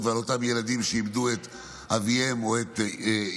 ועל אותם ילדים שאיבדו את אביהם או את אימם.